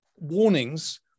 warnings